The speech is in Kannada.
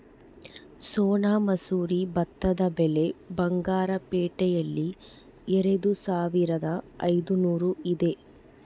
ಸೋನಾ ಮಸೂರಿ ಭತ್ತದ ಬೆಲೆ ಬಂಗಾರು ಪೇಟೆಯಲ್ಲಿ ಎರೆದುಸಾವಿರದ ಐದುನೂರು ಇದೆ